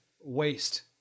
waste